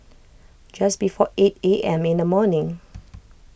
just before eight A M in the morning